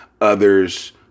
others